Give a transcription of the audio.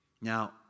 Now